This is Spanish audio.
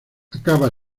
acaba